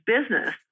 business